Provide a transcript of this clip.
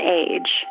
age